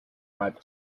ripe